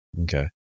Okay